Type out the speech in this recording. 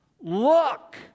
look